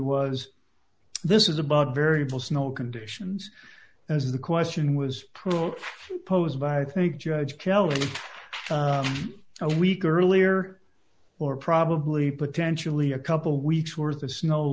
was this is about variable snow conditions as the question was posed by i think judge kelly a week earlier or probably potentially a couple weeks worth of snow